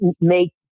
make